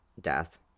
death